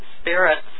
spirits